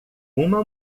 uma